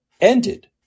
Ended